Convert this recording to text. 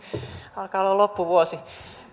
alkaa olla loppuvuosi